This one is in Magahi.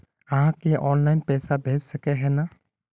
आहाँ के ऑनलाइन पैसा भेज सके है नय?